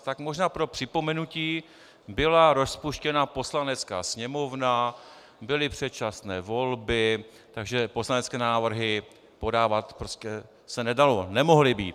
Tak možná pro připomenutí: Byla rozpuštěna Poslanecká sněmovna, byly předčasné volby, takže poslanecké návrhy se podávat nedalo, nemohly být.